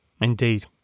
Indeed